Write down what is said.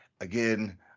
again